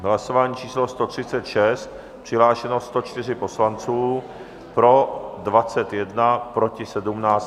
Hlasování číslo 136, přihlášeno 104 poslanců, pro 21, proti 17.